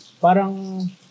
Parang